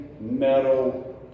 metal